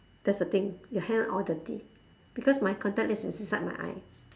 that's the thing your hand are all dirty because my contact lens is inside my eye